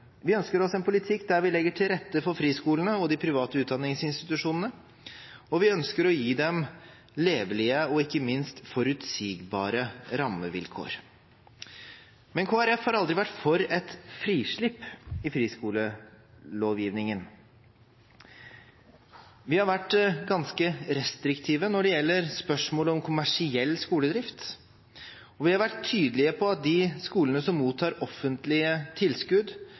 Vi ønsker oss en politikk der vi legger til rette for friskolene og de private utdanningsinstitusjonene, og vi ønsker å gi dem levelige og ikke minst forutsigbare rammevilkår. Men Kristelig Folkeparti har aldri vært for et frislipp i friskolelovgivningen. Vi har vært ganske restriktive når det gjelder spørsmålet om kommersiell skoledrift, og vi har vært tydelige på at de skolene som mottar offentlige tilskudd,